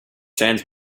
sands